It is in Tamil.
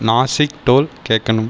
நாசிக் டோல் கேட்கணும்